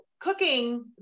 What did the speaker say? cooking